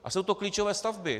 A jsou to klíčové stavby.